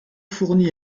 fourni